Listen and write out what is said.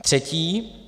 Třetí.